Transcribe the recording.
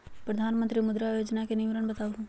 प्रधानमंत्री मुद्रा योजना के विवरण बताहु हो?